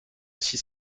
six